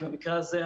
כי במקרה הזה,